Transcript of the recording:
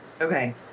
Okay